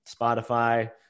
Spotify